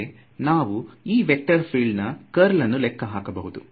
ಮತ್ತೆ ನಾವು ಈ ವೇಕ್ಟರ್ ಫೀಲ್ಡ್ ನಾ ಕರ್ಲ್ ಅನ್ನು ಲೆಕ್ಕ ಹಾಕಬಹುದು